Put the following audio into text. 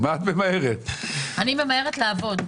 אני ממהרת לעבוד.